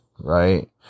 right